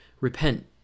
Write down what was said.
repent